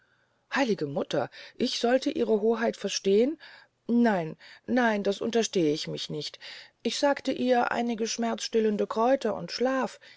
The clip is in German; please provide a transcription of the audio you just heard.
heilige mutter ich solte ihre hoheit verstehn nein nein das untersteh ich mich nicht ich sagte ihr einige schmerzenstillende kräuter und schlaf